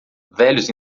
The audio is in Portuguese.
velhos